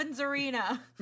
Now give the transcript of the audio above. Arena